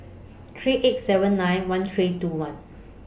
three eight seven nine one three two one